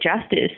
justice